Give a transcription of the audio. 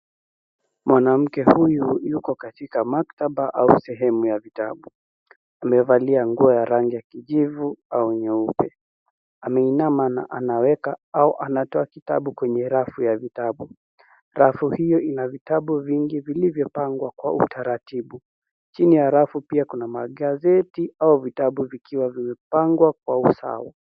Mwanamke huyu yuko katika maktaba au sehemu ya vitabu. Amevalia nguo ya rangi ya kijivu au nyeupe. Ameinama mara anaweka au anatoa kitabu kwenye rafu ya vitabu. Rafu hiyo ina vitabu vingi vilivyopangwa kwa utaratibu. Chini ya rafu pia kuna magazeti au vitabu vikiwa vilivyopangwa kwa usawa.